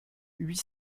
huit